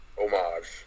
Homage